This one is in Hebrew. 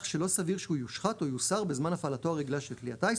שלא סביר שהוא יושחת או יוסר בזמן הפעלתו הרגילה של כלי הטיס,